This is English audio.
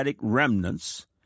remnants